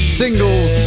singles